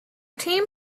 team